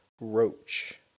roach